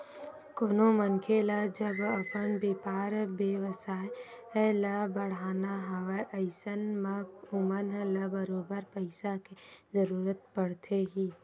कोनो मनखे ल जब अपन बेपार बेवसाय ल बड़हाना हवय अइसन म ओमन ल बरोबर पइसा के जरुरत पड़थे ही